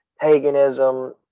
paganism